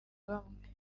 bamwe